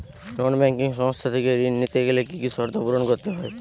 নন banking সংস্থা থেকে ঋণ নিতে গেলে কি কি শর্ত পূরণ করতে হয়?